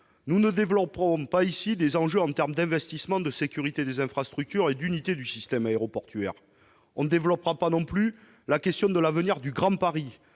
Nous ne développerons pas ici les enjeux en termes d'investissements, de sécurité des infrastructures et d'unité du système aéroportuaire. Nous ne développerons pas non plus la question de l'avenir du Grand Paris,